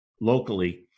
locally